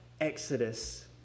Exodus